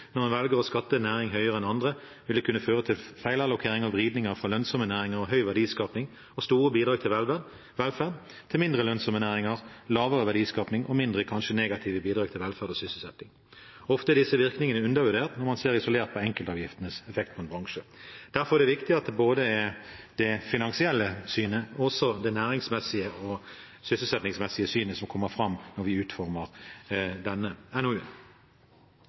når man velger å skatte en næring høyere enn andre, vil det kunne føre til feilallokering og vridninger fra lønnsomme næringer, høy verdiskaping og store bidrag til velferd til mindre lønnsomme næringer, lavere verdiskaping og mindre, kanskje negative, bidrag til velferd og sysselsetting. Ofte er disse virkningene undervurdert når man ser isolert på enkeltavgiftenes effekt på en bransje. Derfor er det viktig at det både er det finansielle synet og det næringsmessige og sysselsettingsmessige synet som kommer fram når vi utformer denne